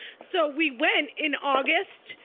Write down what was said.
so we went, in august,